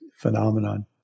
phenomenon